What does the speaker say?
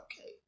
okay